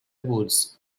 woods